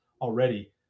already